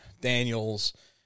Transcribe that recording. Daniels